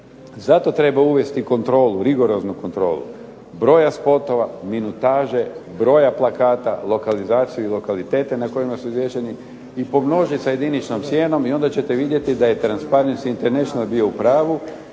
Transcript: Zato treba uvesti kontrolu, rigoroznu kontrolu broja spotova, minutaže, broja plakata, lokalizacije i lokaliteta na kojima su izvješeni i pomnožit sa jediničnom cijenom i onda ćete vidjeti da je Transparency International bio u pravu